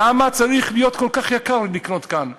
למה צריך להיות כל כך יקר לקנות כאן גבינה,